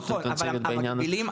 מאוד אינטנסיבית בעניין הזה,